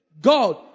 God